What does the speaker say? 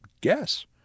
guess